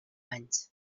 anys